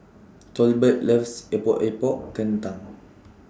Tolbert loves Epok Epok Kentang